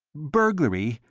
burglary?